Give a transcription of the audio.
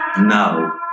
now